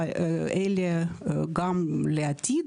אבל גם לעתיד.